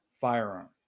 firearm